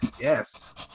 Yes